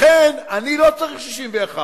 לכן, אני לא צריך 61,